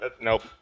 Nope